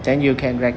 then you can rec~